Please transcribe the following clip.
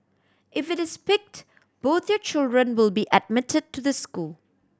if it is picked both your children will be admitted to the school